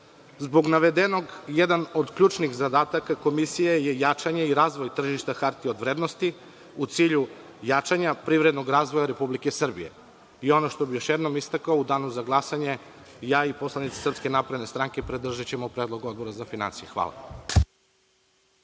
navedenog jedan od ključnih zadataka Komisije je jačanje i razvoj tržišta hartija od vrednosti u cilju jačanja privrednog razvoja Republike Srbije. Ono što bih još jednom istakao u danu za glasanje, ja i poslanici SNS podržaćemo predlog Odbora za finansije. Hvala.